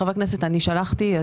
אם כן, חבר הכנסת, אני שלחתי חומר.